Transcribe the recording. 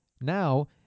Now